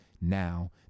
now